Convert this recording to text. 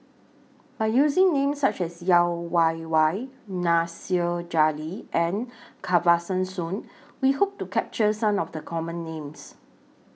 By using Names such as Yeo Wei Wei Nasir Jalil and Kesavan Soon We Hope to capture Some of The Common Names